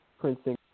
Princeton